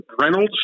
Reynolds